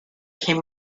came